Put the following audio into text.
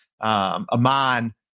Aman